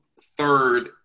third